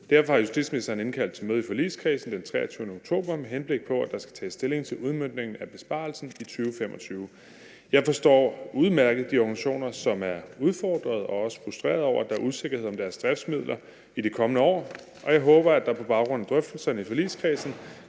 Derfor har justitsministeren indkaldt til møde i forligskredsen den 23. oktober, med henblik på at der skal tages stilling til udmøntning af besparelsen i 2025. Jeg forstår udmærket de organisationer, som er udfordret og også frustrerede over, at der er usikkerhed om deres driftsmidler i de kommende år, og jeg håber, der på baggrund af drøftelserne i forligskredsen